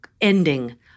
ending